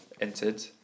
entered